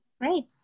Great